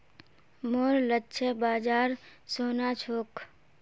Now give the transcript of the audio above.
मोर लक्ष्य बाजार सोना छोक